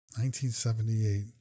1978